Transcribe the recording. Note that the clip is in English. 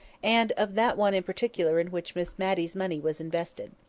and of that one in particular in which miss matty's money was invested.